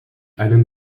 einen